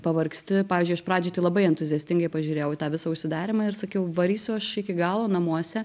pavargsti pavyzdžiui aš pradžioj tai labai entuziastingai pažiūrėjau į tą visą užsidarymą ir sakiau varysiu aš iki galo namuose